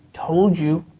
told you.